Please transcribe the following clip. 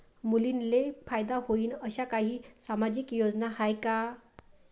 मुलींले फायदा होईन अशा काही सामाजिक योजना हाय का?